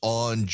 on